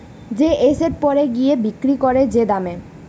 যে এসেট পরে গিয়ে বিক্রি করে যে দামে